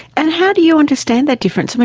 and how do you understand that difference?